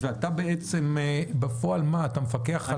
אתה בפועל מפקח?